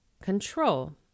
control